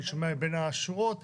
אני שומע בין השורות,